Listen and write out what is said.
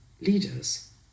leaders